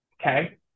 okay